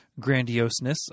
grandioseness